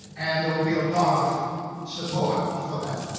and there will be a lot of support for that.